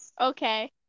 Okay